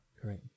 Great